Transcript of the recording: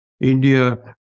India